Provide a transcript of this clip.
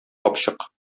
капчык